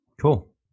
Cool